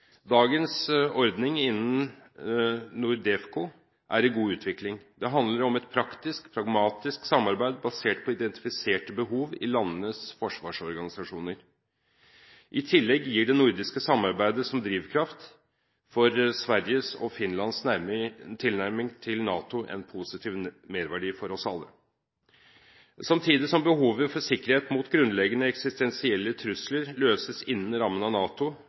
Dagens ordning innen NORDEFCO er i god utvikling. Det handler om et praktisk pragmatisk samarbeid basert på identifiserte behov i landenes forsvarsorganisasjoner. I tillegg gir det nordiske samarbeidet som drivkraft for Sveriges og Finlands tilnærming til NATO en positiv merverdi for oss alle. Samtidig som behovet for sikkerhet mot grunnleggende eksistensielle trusler løses innenfor rammen av NATO,